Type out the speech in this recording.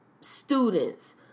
students